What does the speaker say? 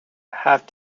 have